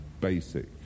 Basic